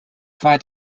weit